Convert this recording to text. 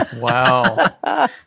Wow